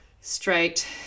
straight